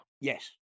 Yes